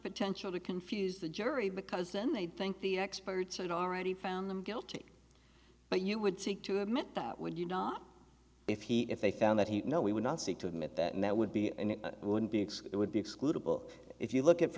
potential to confuse the jury because then they'd think the experts and already found them guilty but you would seek to admit that would you not if he if they found that he no we would not seek to admit that and that would be and it wouldn't be x it would be excludable if you look at for